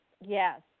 yes